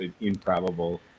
improbable